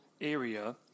area